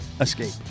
escape